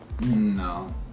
No